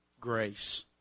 Grace